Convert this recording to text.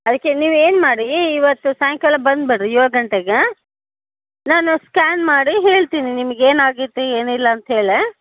ಅದಕ್ಕೆ ನೀವು ಏನು ಮಾಡಿ ಇವತ್ತು ಸಾಯಂಕಾಲ ಬಂದುಬಿಡ್ರಿ ಏಳು ಗಂಟೆಗೆ ನಾನು ಸ್ಕ್ಯಾನ್ ಮಾಡಿ ಹೇಳ್ತೀನಿ ನಿಮ್ಗೆ ಏನಾಗೈತಿ ಏನಿಲ್ಲ ಅಂತ್ಹೇಳಿ